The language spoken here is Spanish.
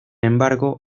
embargo